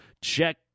check